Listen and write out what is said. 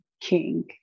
king